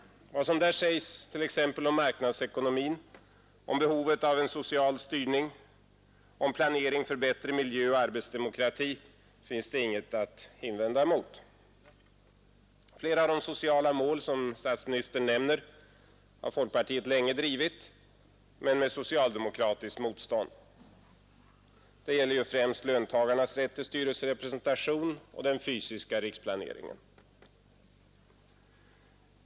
Vad som där sägs t.ex. om samhällsekonomin, om behovet av en social styrning, om planering för bättre miljö och arbetsdemokrati finns det inget att invända emot. Flera av de sociala mål statsministern nämner har folkpartiet länge drivit — men med socialdemokratiskt motstånd. Det gäller främst löntagarnas rätt till styrelserepresentation och den fysiska riksplaneringen.